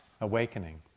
awakening